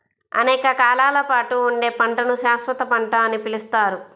అనేక కాలాల పాటు ఉండే పంటను శాశ్వత పంట అని పిలుస్తారు